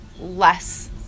less